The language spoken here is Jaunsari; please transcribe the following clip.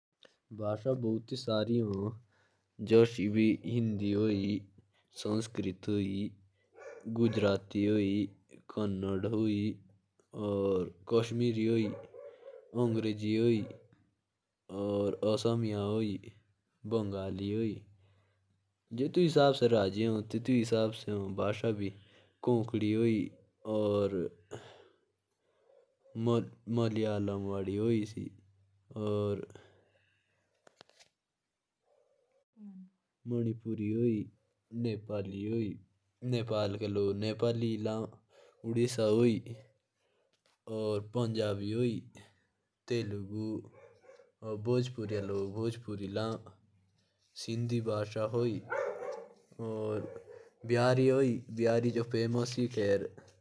उर्दू। Hindi. Malayalam. Manipuri. Nepali. Punjabi. Telugu. Sindhi. Bangla. Marathi. Assamiya. Bhojpuri. Kashmiri. बिहारी।